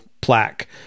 plaque